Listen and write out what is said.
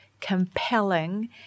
compelling